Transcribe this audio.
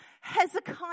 Hezekiah